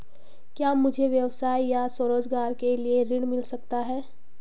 क्या मुझे व्यवसाय या स्वरोज़गार के लिए ऋण मिल सकता है?